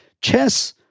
chess